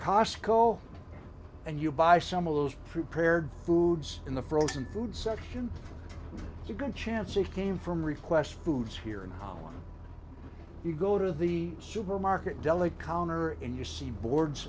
cosco and you buy some of those prepared foods in the frozen food section it's a good chance it came from request foods here in holland you go to the supermarket deli counter and you see boards